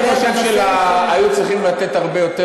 אני חושב שהיו צריכים לתת הרבה יותר